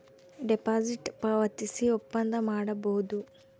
deposit ಪಾವತಿಸಿ ಒಪ್ಪಂದ ಮಾಡಬೋದು